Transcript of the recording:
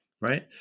right